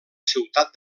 ciutat